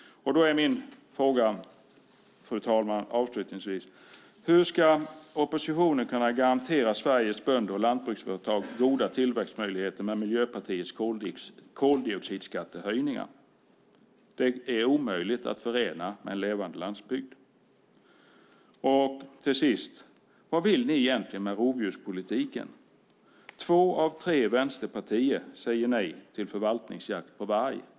Hur ska oppositionen kunna garantera Sveriges bönder och lantbruksföretag goda tillväxtmöjligheter med Miljöpartiets koldioxidskattehöjningar? Det är omöjligt att förena med en levande landsbygd. Vad vill ni egentligen med rovdjurspolitiken? Två av tre vänsterpartier säger nej till förvaltningsjakt på varg.